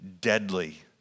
deadly